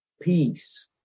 peace